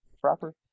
proper